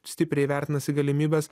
stipriai vertinasi galimybes